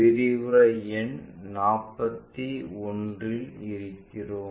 விரிவுரை எண் 41 இல் இருக்கிறோம்